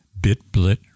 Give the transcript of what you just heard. BitBlit